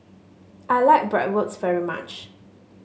I like Bratwurst very much